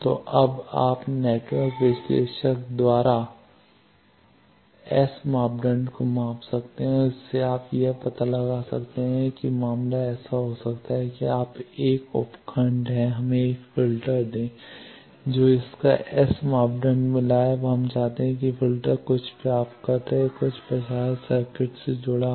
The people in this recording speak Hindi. तो अब आप नेटवर्क विश्लेषक द्वारा एस मापदंड को माप सकते हैं और इससे आप यह पता लगा सकते हैं कि मामला ऐसा हो सकता है कि आप 1 उप खंड हैं हमें 1 फ़िल्टर दें जो आपको इसका एस मापदंड मिला है अब आप चाहते हैं कि फ़िल्टर कुछ प्राप्तकर्ता या कुछ प्रसारक सर्किट से जुड़ा हो